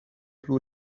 plu